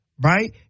right